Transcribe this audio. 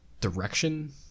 direction